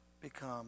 become